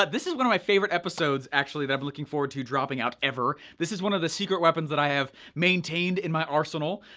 but this is one of my favorite episodes actually, that i've been looking forward to dropping out ever. this is one of the secret weapons that i have maintained in my arsenal.